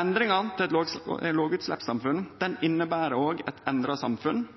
Endringa til eit lågutsleppssamfunn inneber også eit endra samfunn,